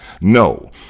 No